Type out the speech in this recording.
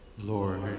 Lord